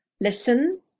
Listen